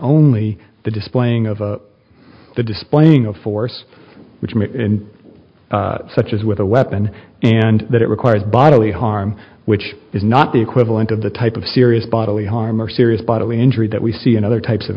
only the displaying of the displaying of force which means in such as with a weapon and that it requires bodily harm which is not the equivalent of the type of serious bodily harm or serious bodily injury that we see in other types of